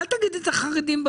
אל תגיד חרדים.